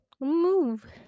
Move